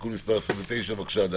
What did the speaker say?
בבקשה.